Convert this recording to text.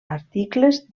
articles